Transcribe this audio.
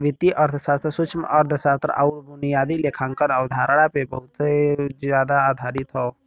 वित्तीय अर्थशास्त्र सूक्ष्मअर्थशास्त्र आउर बुनियादी लेखांकन अवधारणा पे बहुत जादा आधारित हौ